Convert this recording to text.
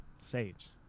Sage